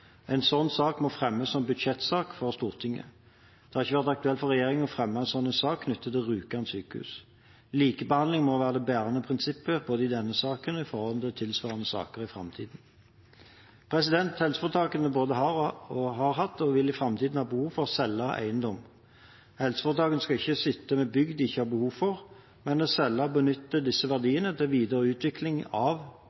sånn sak må fremmes som budsjettsak for Stortinget. Det har ikke vært aktuelt for regjeringen å fremme en sånn sak knyttet til Rjukan sykehus. Likebehandling må være det bærende prinsippet både i denne saken og når det gjelder tilsvarende saker i framtiden. Helseforetakene både har, har hatt og vil i framtiden ha behov for å selge eiendom. Helseforetakene skal ikke sitte med bygg de ikke har behov for, men selge, og benytte disse